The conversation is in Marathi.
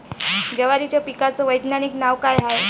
जवारीच्या पिकाचं वैधानिक नाव का हाये?